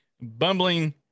bumbling